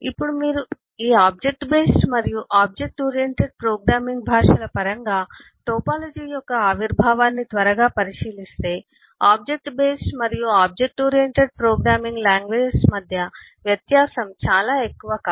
ఇప్పుడు మీరు ఈ ఆబ్జెక్ట్ బేస్డ్ మరియు ఆబ్జెక్ట్ ఓరియెంటెడ్ ప్రోగ్రామింగ్ భాషల పరంగా టోపోలాజీ యొక్క ఆవిర్భావాన్ని త్వరగా పరిశీలిస్తే ఆబ్జెక్ట్ బేస్డ్ మరియు ఆబ్జెక్ట్ ఓరియెంటెడ్ ప్రోగ్రామింగ్ లాంగ్వేజెస్ మధ్య వ్యత్యాసం చాలా ఎక్కువ కాదు